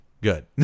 Good